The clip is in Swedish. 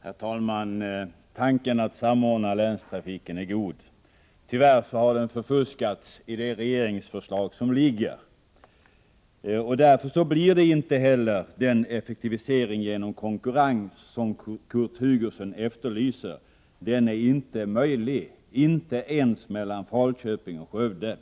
Herr talman! Tanken att samordna länstrafiken är god. Tyvärr har den förfuskats i det regeringsförslag som nu ligger på riksdagens bord. Därför skapas inte heller den effektivisering genom konkurrens som Kurt Hugosson efterlyser. Den är inte möjlig — inte ens när det gäller trafiken mellan Falköping och Skövde.